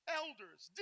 elders